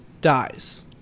dies